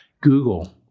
Google